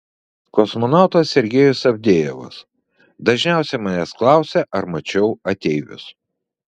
kosmonautas sergejus avdejevas dažniausiai manęs klausia ar mačiau ateivius